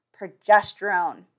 Progesterone